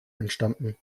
entstanden